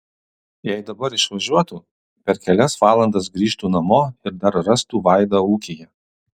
jei dabar išvažiuotų per kelias valandas grįžtų namo ir dar rastų vaidą ūkyje